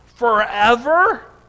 forever